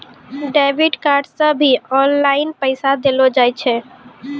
debit card से भी online पैसा देलो जाय छै